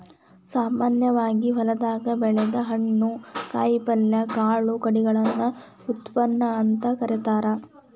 ಸಾಮಾನ್ಯವಾಗಿ ಹೊಲದಾಗ ಬೆಳದ ಹಣ್ಣು, ಕಾಯಪಲ್ಯ, ಕಾಳು ಕಡಿಗಳನ್ನ ಉತ್ಪನ್ನ ಅಂತ ಕರೇತಾರ